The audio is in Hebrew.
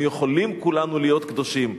אנחנו יכולים כולנו להיות קדושים,